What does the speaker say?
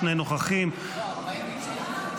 שני נוכחים ------ אה,